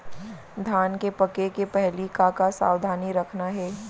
धान के पके के पहिली का का सावधानी रखना हे?